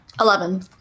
Eleven